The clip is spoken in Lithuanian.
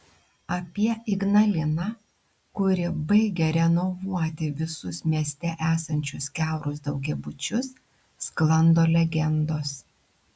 apie ignaliną kuri baigia renovuoti visus mieste esančius kiaurus daugiabučius sklando legendos